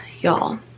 y'all